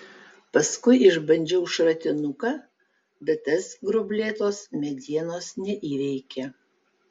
paskui išbandžiau šratinuką bet tas gruoblėtos medienos neįveikė